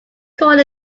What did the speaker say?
called